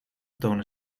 tonen